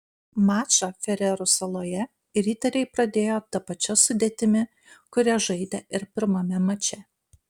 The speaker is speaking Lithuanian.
mačą farerų saloje riteriai pradėjo ta pačia sudėtimi kuria žaidė ir pirmame mače